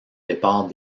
départ